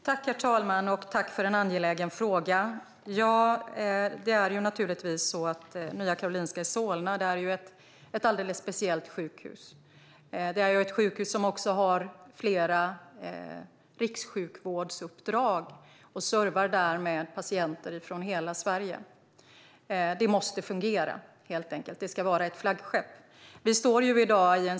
Herr talman! Tack för en angelägen fråga! Nya Karolinska i Solna är naturligtvis ett alldeles speciellt sjukhus. Sjukhuset har flera rikssjukvårdsuppdrag och servar därmed patienter från hela Sverige. Det måste helt enkelt fungera och ska vara ett flaggskepp.